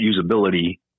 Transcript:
usability